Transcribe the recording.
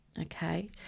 okay